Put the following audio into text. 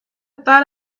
thought